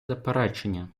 заперечення